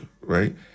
right